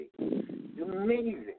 Amazing